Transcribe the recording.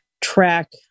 track